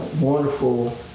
wonderful